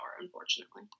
unfortunately